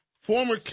Former